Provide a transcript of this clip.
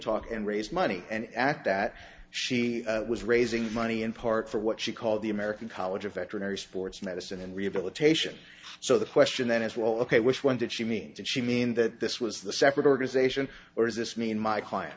talk and raise money and act that she was raising money in part for what she called the american college of veterinary sports medicine and rehabilitation so the question then is well ok which one did she mean did she mean that this was the separate organization or does this mean my client